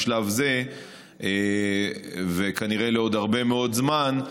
בשלב זה וכנראה לעוד הרבה מאוד זמן,